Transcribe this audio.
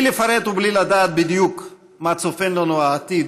בלי לפרט ובלי לדעת בדיוק מה צופן לנו העתיד,